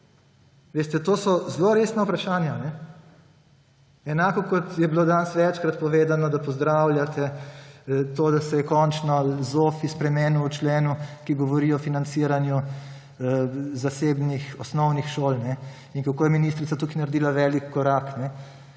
To so zelo resna vprašanja. Enako kot je bilo danes večkrat povedano, da pozdravljate to, da se je končno ZOFVI spremenil v členu, ki govori o financiranju zasebnih osnovnih šol, in kako je ministrica tukaj naredila velik korak.